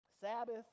Sabbath